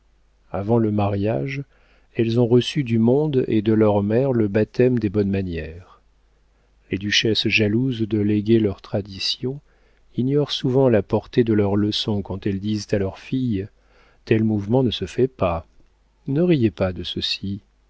avant le mariage elles ont reçu du monde et de leur mère le baptême des bonnes manières les duchesses jalouses de léguer leurs traditions ignorent souvent la portée de leurs leçons quand elles disent à leurs filles tel mouvement ne se fait pas ne riez pas de ceci